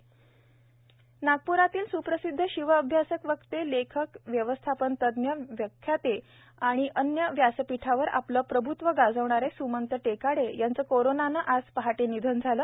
निधन नागप्रातील सुप्रसिदध शिव अभ्यासक वक्ते लेखक व्यवस्थापन तज्ञ व्याख्याते व अनेक व्यासपिठावर आपले प्रभ्त्व गाजवणारे स्मंत टेकाडे यांचे कोरोनाने आज पहाटे निधन झाले